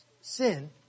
sin